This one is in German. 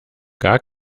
gar